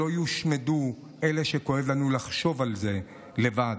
שלא יושמדו אלה שכואב לנו לחשוב על זה לבד.